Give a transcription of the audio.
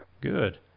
good